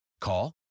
Call